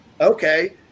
Okay